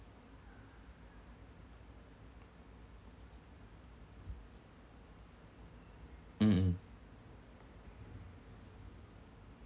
mm mm